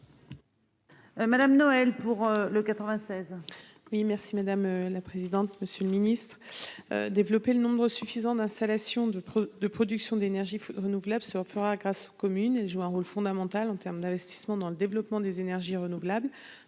Madame Noël pour le 96.